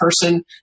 person